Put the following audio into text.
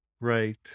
Right